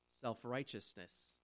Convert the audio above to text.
self-righteousness